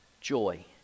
joy